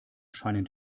scheinen